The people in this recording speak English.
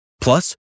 Plus